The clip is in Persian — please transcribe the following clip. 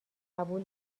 قبول